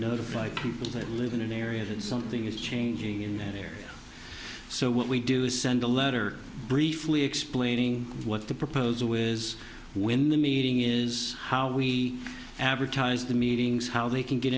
notify people that live in an area that something is changing in there so what we do is send a letter briefly explaining what the proposal with when the meeting is how we advertise the meetings how they can get